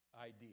idea